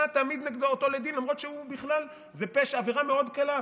אתה תעמיד אותו לדין למרות שזו בכלל עבירה מאוד קלה,